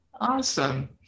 Awesome